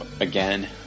Again